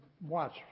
watch